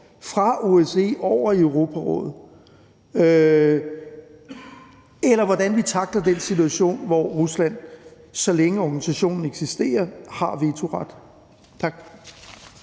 fra OSCE over i Europarådet, eller hvordan vi tackler den situation, at Rusland, så længe organisationen eksisterer, har vetoret. Tak.